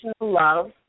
love